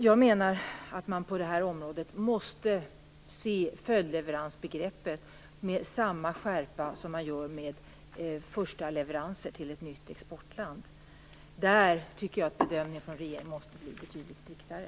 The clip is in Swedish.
Jag menar att man måste bedöma följdleveranser på det här området med samma skärpa som man gör med förstaleveranser till ett nytt land. Där tycker jag att bedömningen från regeringen måste bli betydligt striktare.